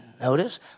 Notice